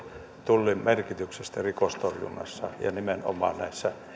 tullin merkityksestä rikostorjunnassa ja nimenomaan näissä